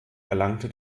erlangte